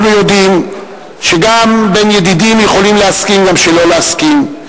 אנחנו יודעים שגם בין ידידים יכולים להסכים גם שלא להסכים,